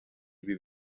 ibi